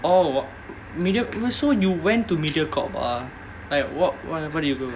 oh media~ so you went to Mediacorp ah like what uh why did you go